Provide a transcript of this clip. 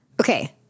Okay